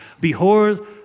Behold